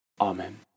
Amen